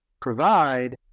provide